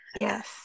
yes